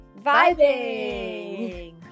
vibing